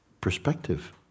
perspective